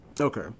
Okay